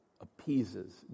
appeases